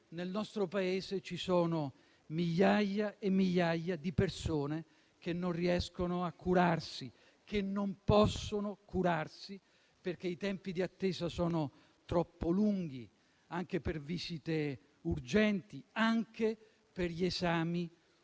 nel nostro Paese ci sono migliaia e migliaia di persone che non riescono a curarsi, che non possono curarsi perché i tempi di attesa sono troppo lunghi, anche per le visite urgenti, anche per gli esami